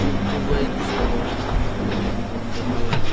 পোক পৰুৱাই নষ্ট কৰা কৰিলে জীৱ জন্তুৱে খালে